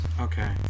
Okay